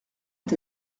est